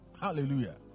Hallelujah